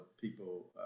people